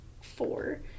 four